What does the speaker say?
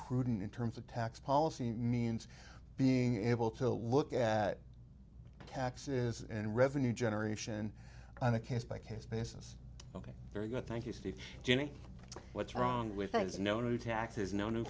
prudent in terms of tax policy means being able to look at taxes and revenue generation on a case by case basis ok very good thank you steve jamie what's wrong with things no new taxes no new